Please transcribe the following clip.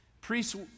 priests